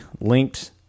linked